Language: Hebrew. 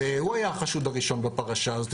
והוא היה החשוד הראשון בפרשה הזאת.